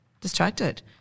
distracted